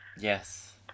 Yes